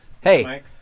Hey